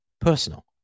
personal